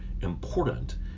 important